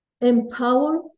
empower